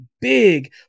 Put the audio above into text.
big